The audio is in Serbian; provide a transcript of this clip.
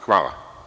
Hvala.